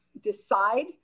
decide